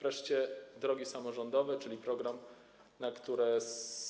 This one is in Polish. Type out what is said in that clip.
Wreszcie drogi samorządowe, czyli program, na który z